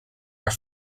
are